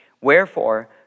Wherefore